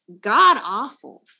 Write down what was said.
god-awful